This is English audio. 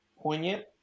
poignant